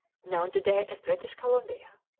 known to-day as british columbia.